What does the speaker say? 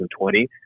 2020